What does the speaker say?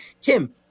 Tim